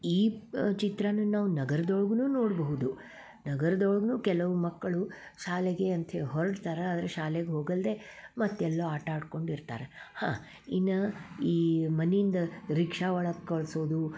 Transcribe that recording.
ಈ ಚಿತ್ರನು ನಾವು ನಗರದೊಳಗೂ ನೋಡಬಹುದು ನಗರದೊಳಗೂನು ಕೆಲವು ಮಕ್ಕಳು ಶಾಲೆಗೆ ಅಂತ್ಹೇಳಿ ಹೊರಡ್ತಾರೆ ಆದರೆ ಶಾಲೆಗೆ ಹೋಗಲ್ದೆ ಮತ್ತು ಎಲ್ಲೋ ಆಟ ಆಡ್ಕೊಂಡು ಇರ್ತಾರ ಹಾ ಇನ್ನಾ ಈ ಮನೆಯಿಂದ ರಿಕ್ಷಾ ಒಳಗೆ ಕಳ್ಸೋದು